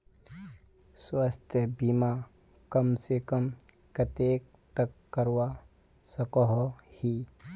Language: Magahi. स्वास्थ्य बीमा कम से कम कतेक तक करवा सकोहो ही?